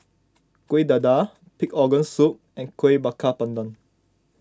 Kueh Dadar Pig Organ Soup and Kuih Bakar Pandan